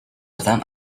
without